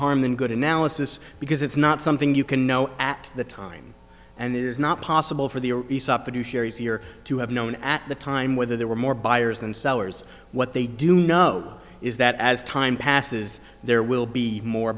harm than good analysis because it's not something you can know at the time and it is not possible for the year to have known at the time whether there were more buyers than sellers what they do know is that as time passes there will be more